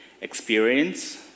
experience